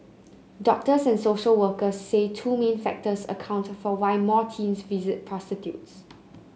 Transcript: doctors and social workers say two main factors account for why more teens visit prostitutes